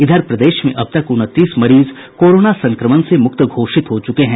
इधर प्रदेश में अब तक उनतीस मरीज कोरोना संक्रमण से मुक्त घोषित हो चुके हैं